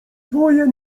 dwoje